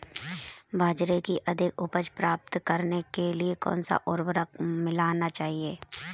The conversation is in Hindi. बाजरे की अधिक उपज प्राप्त करने के लिए कौनसा उर्वरक मिलाना चाहिए?